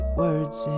words